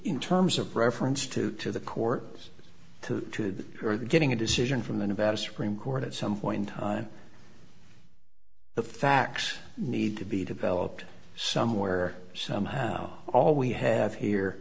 in terms of reference to to the court to or the getting a decision from an about a supreme court at some point and the facts need to be developed somewhere somehow all we have here